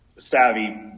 Savvy